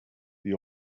that